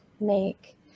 make